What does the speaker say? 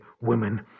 women